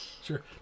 Sure